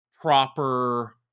proper